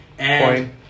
Point